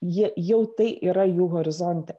jie jau tai yra jų horizonte